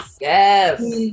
Yes